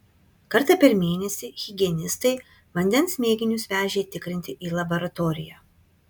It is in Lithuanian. kartą per mėnesį higienistai vandens mėginius vežė tikrinti į laboratoriją